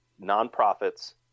nonprofits